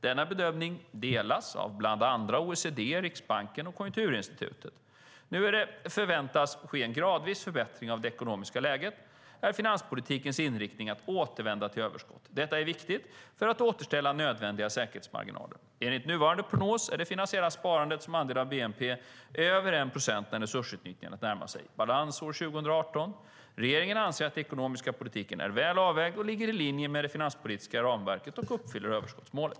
Denna bedömning delas av bland andra OECD, Riksbanken och Konjunkturinstitutet. Nu när det förväntas ske en gradvis förbättring av det ekonomiska läget är finanspolitikens inriktning att återvända till ett överskott. Detta är viktigt för att återställa nödvändiga säkerhetsmarginaler. Enligt nuvarande prognos är det finansiella sparandet som andel av bnp över 1 procent när resursutnyttjandet närmar sig balans år 2018. Regeringen anser att den ekonomiska politiken är väl avvägd, ligger i linje med det finanspolitiska ramverket och uppfyller överskottsmålet.